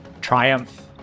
Triumph